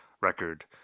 record